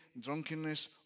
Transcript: drunkenness